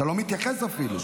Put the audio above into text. אתה לא מתייחס אפילו.